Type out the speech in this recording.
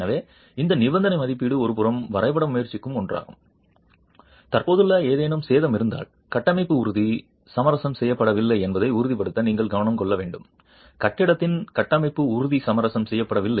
எனவே இந்த நிபந்தனை மதிப்பீடு ஒரு புறம் வரைபட முயற்சிக்கும் ஒன்றாகும் தற்போதுள்ள ஏதேனும் சேதம் இருந்தால் கட்டமைப்பு உறுதி சமரசம் செய்யப்படவில்லை என்பதை உறுதிப்படுத்த நீங்கள் கவனித்துக் கொள்ள வேண்டும் கட்டிடத்தின் கட்டமைப்பு உறுதி சமரசம் செய்யப்படவில்லை